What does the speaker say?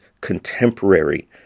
contemporary